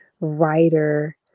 writer